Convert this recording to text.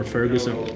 Ferguson